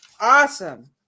awesome